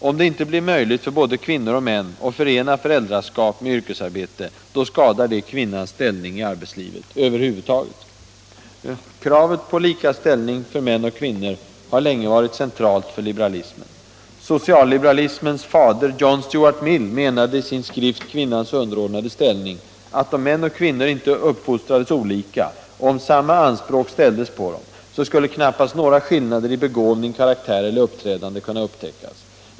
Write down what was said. Om det inte blir möjligt för både kvinnor och män att förena föräldraskap med yrkesarbete, så skadar det kvinnans ställning i arbetslivet över huvud taget. Kravet på lika ställning för män och kvinnor har länge varit centralt för liberalismen. Socialliberalismens fader John Stuart Mill menade i sin skrift ”Kvinnans underordnade ställning” att om män och kvinnor inte uppfostrades olika, och om samma anspråk ställdes på dem, så skulle knappast några skillnader i begåvning, karaktär eller uppträdande kunna upptäckas.